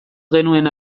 genuen